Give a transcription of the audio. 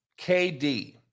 KD